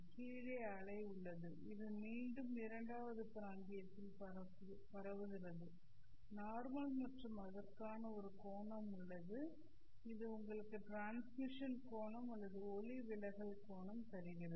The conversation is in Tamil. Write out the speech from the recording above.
கீழே அலை உள்ளது இது மீண்டும் இரண்டாவது பிராந்தியத்தில் பரவுகிறது நார்மல் மற்றும் அதற்கான ஒரு கோணம் உள்ளது இது உங்களுக்கு டிரான்ஸ்மிஷன் கோணம் அல்லது ஒளிவிலகல் கோணம் தருகிறது